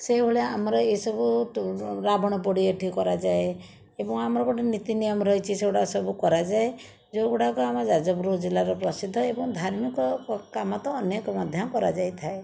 ସେଇଭଳିଆ ଆମର ଏଇସବୁ ରାବଣପୋଡ଼ି ଏଇଠି କରାଯାଏ ଏବଂ ଆମର ଗୋଟେ ନୀତିନିୟମ ରହିଛି ସେଗୁଡ଼ାକ ସବୁ କରାଯାଏ ଯେଉଁଗୁଡ଼ାକ ଆମ ଯାଜପୁର ଜିଲ୍ଲାରେ ପ୍ରସିଦ୍ଧ ଏବଂ ଧାର୍ମିକ କାମ ତ ଅନେକ ମଧ୍ୟ କରାଯାଇଥାଏ